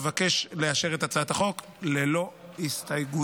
אבקש לאשר את הצעת החוק ללא הסתייגויות.